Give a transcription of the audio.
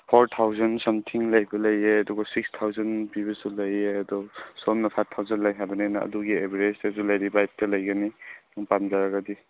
four thousand something ꯂꯩꯕ ꯂꯩꯑꯦ ꯑꯗꯨꯒ ꯁꯤꯛꯁ ꯊꯥꯎꯖꯟ ꯄꯤꯕꯁꯨ ꯂꯩꯑꯦ ꯑꯗꯣ ꯁꯣꯝꯅ ꯐꯥꯏꯐ ꯊꯥꯎꯖꯜ ꯂꯩ ꯍꯥꯏꯕꯅꯤꯅ ꯑꯗꯨꯒꯤ ꯑꯦꯕꯔꯦꯖꯇꯁꯨ ꯂꯦꯗꯤꯕꯥꯔꯠꯇ ꯂꯩꯒꯅꯤ ꯑꯗꯨ ꯄꯥꯝꯖꯔꯒꯗꯤ